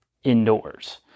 Indoors